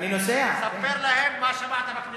ספר להם מה שמעת בכנסת.